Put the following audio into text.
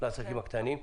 לעסקים הקטנים.